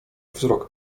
wzrok